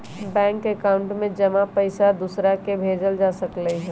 bank account में जमा पईसा दूसरा के भेजल जा सकलई ह